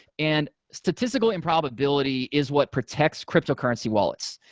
and statistical improbability is what protects cryptocurrency wallets.